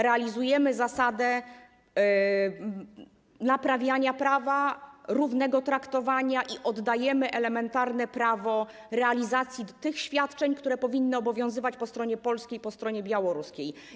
Realizujemy zasadę naprawiania prawa, równego traktowania i oddajemy elementarne prawo realizacji tych świadczeń, które powinny obowiązywać po stronie polskiej i po stronie białoruskiej.